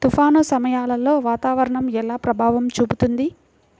తుఫాను సమయాలలో వాతావరణం ఎలా ప్రభావం చూపుతుంది?